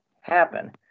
happen